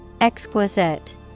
Exquisite